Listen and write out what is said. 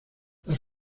las